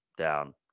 down